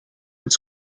its